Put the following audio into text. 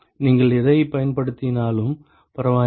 நீங்கள் எதைப் பயன்படுத்தினாலும் பரவாயில்லை